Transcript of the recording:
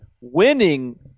winning